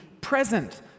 present